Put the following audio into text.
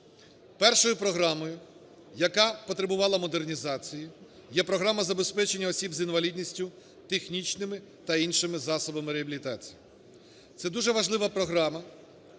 Першою програмою, яка потребувала модернізації, є програма забезпечення осіб з інвалідністю технічними та іншими засобами реабілітації. Це дуже важлива програма,